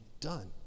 done